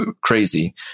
crazy